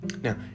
Now